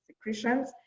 secretions